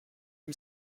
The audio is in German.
ihm